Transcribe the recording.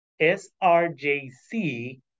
SRJC